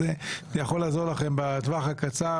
מה שאולי יכול לעזור לכם בטווח הקצר,